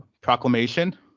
Proclamation